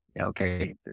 okay